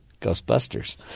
Ghostbusters